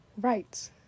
right